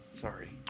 Sorry